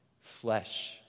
flesh